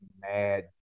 mad